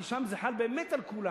כי שם זה חל באמת על כולם.